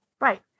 Right